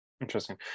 Interesting